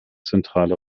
zentrale